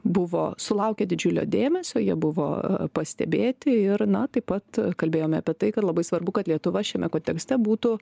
buvo sulaukė didžiulio dėmesio jie buvo pastebėti ir na taip pat kalbėjome apie tai kad labai svarbu kad lietuva šiame kontekste būtų